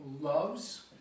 loves